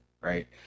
Right